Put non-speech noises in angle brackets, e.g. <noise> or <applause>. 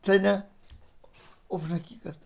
छैन <unintelligible>